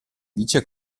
dice